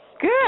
Good